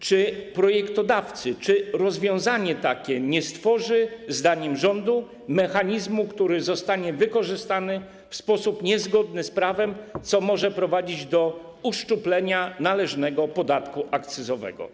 Czy takie rozwiązanie nie stworzy zdaniem rządu mechanizmu, który zostanie wykorzystany w sposób niezgodny z prawem, co mogłoby prowadzić do uszczuplenia należnego podatku akcyzowego?